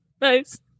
Nice